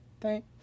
thank